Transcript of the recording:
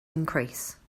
increase